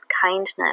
kindness